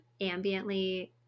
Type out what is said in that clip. ambiently